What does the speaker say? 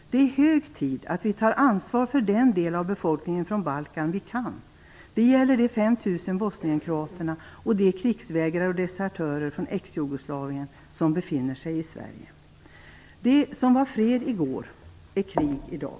Det är hög tid att vi tar ansvar för den del av befolkningen från Balkan som vi kan ta ansvar för. Det gäller de 5 000 bosnienkroaterna och de krigsvägrare och desertörer från Exjugoslavien som befinner sig i Sverige. Det som var fred i går är krig i dag.